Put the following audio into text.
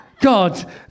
God